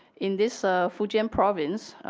in this fugian province,